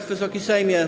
Wysoki Sejmie!